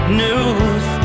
news